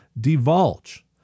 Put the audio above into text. divulge